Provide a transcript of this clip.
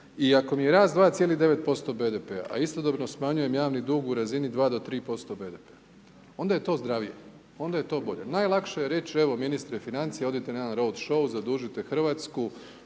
I ako mi je rast 2,9% BDP-a a istodobno smanjujem javni dug u razini 2-3% BDP-a onda je to zdravije, onda je to bolje. Najlakše je reći, evo ministre financija odite na jedan road show, zadužite Hrvatsku